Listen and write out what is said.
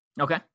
Okay